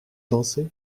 danser